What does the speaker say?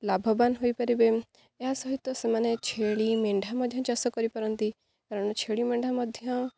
ଲାଭବନ୍ ହୋଇପାରିବେ ଏହା ସହିତ ସେମାନେ ଛେଳି ମେଣ୍ଢା ମଧ୍ୟ ଚାଷ କରିପାରନ୍ତି କାରଣ ଛେଳି ମେଣ୍ଢା ମଧ୍ୟ